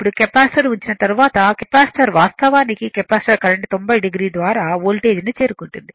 ఇప్పుడు కెపాసిటర్ ఉంచిన తరువాత కెపాసిటర్ వాస్తవానికి కెపాసిటివ్ కరెంట్ 90 o ద్వారా వోల్టేజ్ ని చేరుకుంటుంది